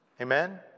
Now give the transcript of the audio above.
Amen